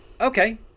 okay